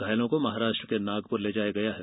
घायलों को महाराष्ट्र के नागपुर ले जाया गया है